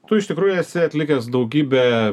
tu iš tikrųjų esi atlikęs daugybę